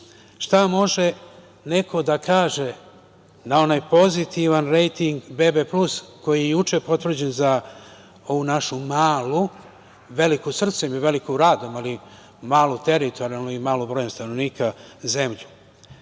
Šta može neko da kaže na onaj pozitivni rejting - BB+ koji je juče potvrđen za ovu našu malu, veliku srcem, veliku radom, ali malu teritorijalno i malu brojem stanovnika, zemlju?